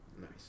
Nice